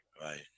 Right